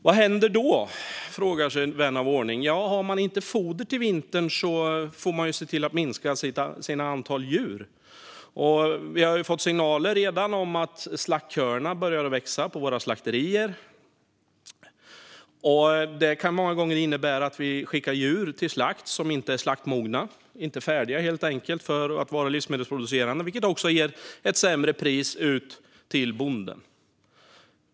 Vad händer då, frågar sig vän av ordning. Ja, om man inte har foder till vintern får man se till att minska antalet djur. Och vi har redan fått signaler om att slaktköerna på våra slakterier börja växa. Det kan många gånger innebära att jordbrukare får skicka djur till slakt som inte är slaktmogna, inte färdiga för att vara livsmedelsproducerande, helt enkelt. Detta ger också ett sämre pris till bonden.